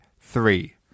three